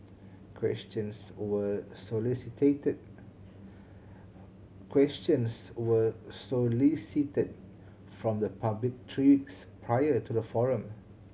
questions were solicited questions were solicited from the public three weeks prior to the forum